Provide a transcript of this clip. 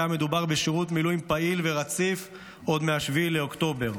לחלקם מדובר בשירות מילואים פעיל ורציף עוד מ-7 באוקטובר,